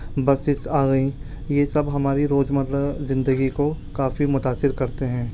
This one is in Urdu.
بسیس آ گئیں یہ سب ہمارے روز مرہ زندگی کو کافی متاثر کرتے ہیں